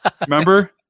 Remember